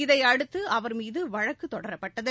இதையடுத்துஅவர் மீதுவழக்குதொடுக்கப்பட்டது